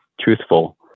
truthful